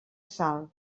sal